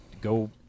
go